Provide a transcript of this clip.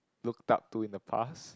looked up to in the past